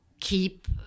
keep